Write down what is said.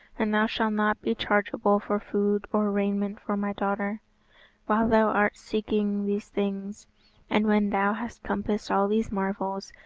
and thou shalt not be chargeable for food or raiment for my daughter while thou art seeking these things and when thou hast compassed all these marvels,